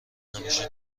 همیشه